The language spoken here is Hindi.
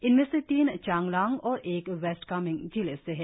इनमें से तीन चांगलांग और एक वेस्ट कामेंग जिले से है